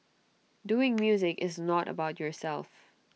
doing music is not about yourself